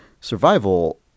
survival